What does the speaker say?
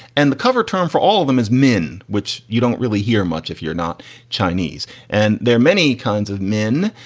and the cover term for all of them is min, which you don't really hear much if you're not chinese and. there are many kinds of men,